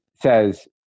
says